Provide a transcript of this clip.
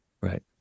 right